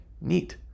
Neat